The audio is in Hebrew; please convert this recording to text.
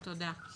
תודה.